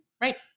right